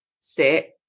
sit